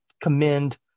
commend